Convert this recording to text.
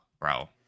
bro